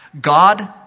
God